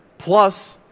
plus,